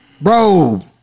Bro